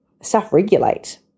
self-regulate